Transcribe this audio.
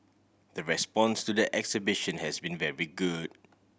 the response to the exhibition has been very good